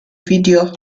video